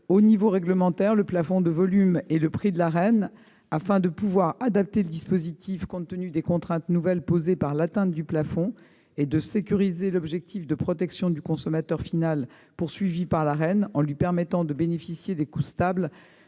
au niveau réglementaire, le plafond de volume et le prix de l'Arenh afin de pouvoir adapter le dispositif compte tenu des contraintes nouvelles posées par l'atteinte du plafond et de sécuriser l'objectif de protection du consommateur final recherché par l'Arenh en lui permettant de bénéficier des coûts stables